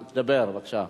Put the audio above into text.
דבר, בבקשה.